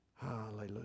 Hallelujah